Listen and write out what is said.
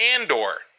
Andor